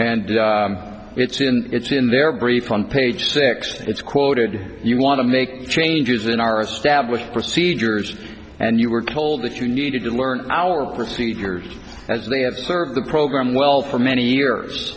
and it's in it's in their brief on page sixty it's quoted you want to make changes in our established procedures and you were told that you needed to learn our procedures as they have served the program well for many years